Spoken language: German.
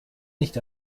nicht